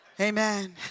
Amen